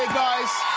guys.